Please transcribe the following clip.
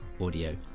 audio